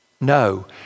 no